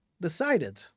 decided